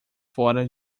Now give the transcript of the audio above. fora